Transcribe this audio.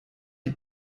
die